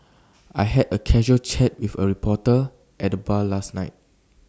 I had A casual chat with A reporter at the bar last night